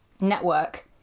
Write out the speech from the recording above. network